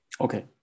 Okay